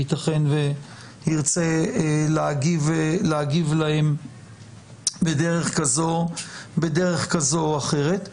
וייתכן שירצה להגיב להם בדרך כזאת או אחרת.